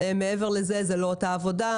מעבר לזה, זה לא אותה עבודה.